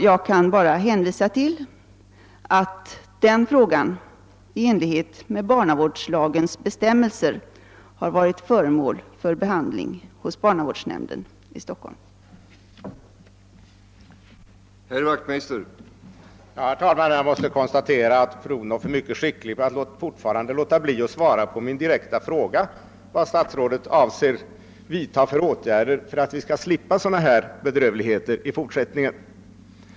Jag kan bara hänvisa till att saken i enlighet med barnavårdslagens bestämmelser har varit föremål för behandling hos barnavårdsnämnden i Stockholm.